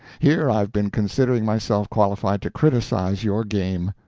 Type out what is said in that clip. here i've been considering myself qualified to criticize your game.